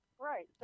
Right